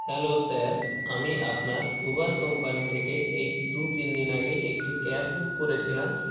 hello sir আমি আপনার Uber company থেকে এই দু তিন দিন আগে একটি ক্যাব বুক করেছিলাম